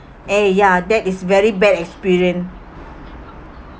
eh ya that is very bad experience